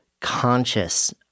conscious